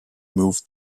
moved